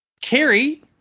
Carrie